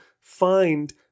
find